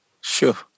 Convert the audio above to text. Sure